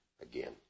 again